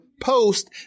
post